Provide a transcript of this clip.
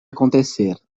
acontecer